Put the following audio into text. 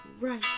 right